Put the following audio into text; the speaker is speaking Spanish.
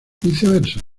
viceversa